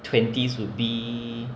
twenties would be